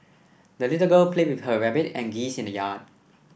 the little girl played with her rabbit and geese in the yard